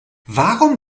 warum